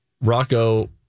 Rocco